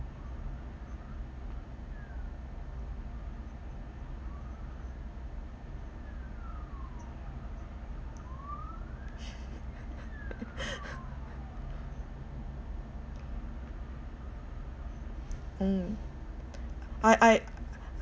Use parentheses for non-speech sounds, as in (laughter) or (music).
(laughs) mm I I (noise)